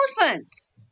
elephants